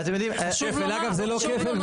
אגב, זה לא כפל.